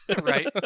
Right